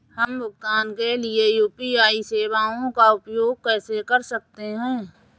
हम भुगतान के लिए यू.पी.आई सेवाओं का उपयोग कैसे कर सकते हैं?